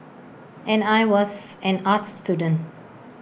and I was an arts student